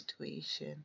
situation